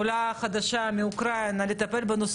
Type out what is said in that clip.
עולה חדשה מאוקראינה הצלחתי לטפל בנושא